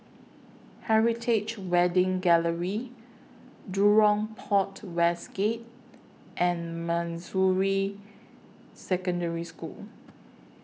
Heritage Wedding Gallery Jurong Port West Gate and Manjusri Secondary School